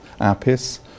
Apis